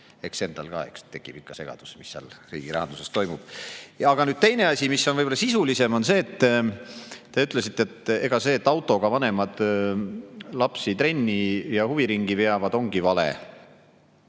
Eks endal tekib ka segadus, mis seal riigi rahanduses toimub. Aga nüüd teine asi, mis on võib-olla sisulisem, on see, et te ütlesite, et see, et vanemad autoga lapsi trenni ja huviringi veavad, ongi vale.